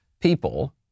people